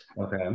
okay